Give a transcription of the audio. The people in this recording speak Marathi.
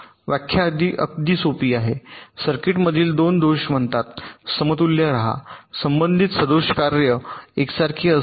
व्याख्या अगदी सोपी आहे सर्किटमधील 2 दोष म्हणतात समतुल्य रहा संबंधित सदोष कार्ये एकसारखी असल्यास